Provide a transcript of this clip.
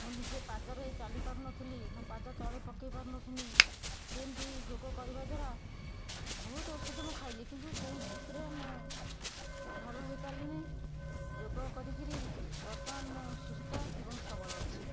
ମୁଁ ନିଜେ ପାଦରେ ଚାଲିପାରୁନଥିଲି ମୋ ପାଦ ତଳେ ପକାଇପାରୁନଥିଲି ସେମିତି ଯୋଗ କରିବା ଦ୍ୱାରା ବହୁତ ଔଷଧ ମୁଁ ଖାଇଲି କିନ୍ତୁ କୌଣସିଥିରେ ମୁଁ ଭଲ ହୋଇପାରିଲିନି ଯୋଗ କରି କିରି ବର୍ତ୍ତମାନ ମୁଁ ସୁସ୍ଥ ଏବଂ ସବଳ ଅଛି